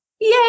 yay